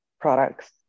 products